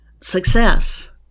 success